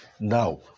now